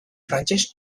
frantses